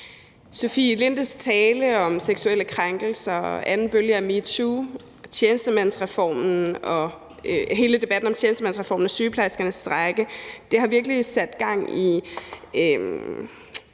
Sofie Lindes tale om seksuelle krænkelser og anden bølge af metoo og hele debatten om tjenestemandsreformen og sygeplejerskernes strejke har virkelig sat gang i,